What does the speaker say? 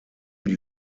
die